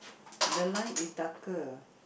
the line is darker